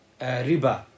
Riba